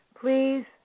please